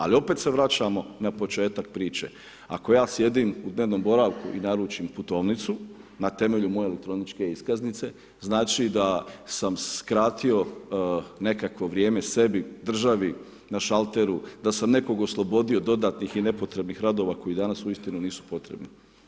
Ali, opet se vraćamo na početak priče, ako ja sjednem u dnevnom boravku i naručim putovnicu, na temelju moje elektroničke iskaznice, znači da sam skratio nekako vrijeme sebi, državi, na šalteru, da sam nekoga oslobodio dodatnih i nepotrebnih radova, koji danas, uistinu nisu potrebni.